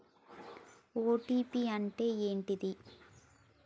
OTP అంటే ఏంటిది?